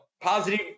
positive